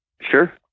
Sure